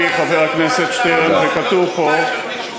חבר הכנסת שטרן, אי-אפשר ככה.